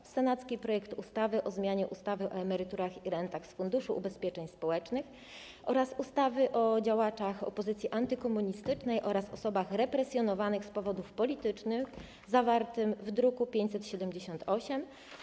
Pierwszy to senacki projekt ustawy o zmianie ustawy o emeryturach i rentach z Funduszu Ubezpieczeń Społecznych oraz ustawy o działaczach opozycji antykomunistycznej oraz osobach represjonowanych z powodów politycznych, zawarty w druku nr 578.